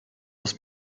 was